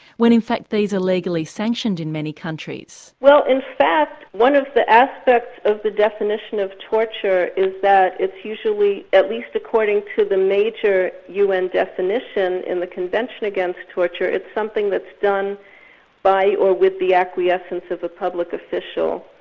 when in fact these are legally sanctioned in many countries? well in fact one of the aspects of the definition of torture is that it's usually, at least according to the major un definition in the convention against torture, it's something done by or with the acquiescence of a public official.